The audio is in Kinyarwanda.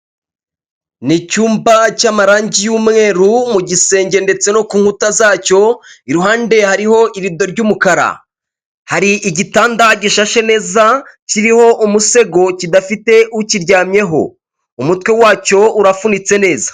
Ni icyumba cy'amarangi y'umweru mu gisenge ndetse no ku nkuta zacyo, iruhande hariho irido ry'umukara. Hari igitanda gishashe neza kiriho umusego kidafite ukiryamyeho. Umutwe wacyo urafunitse neza.